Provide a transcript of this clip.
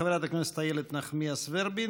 חברת הכנסת איילת נחמיאס ורבין.